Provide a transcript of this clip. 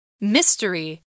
Mystery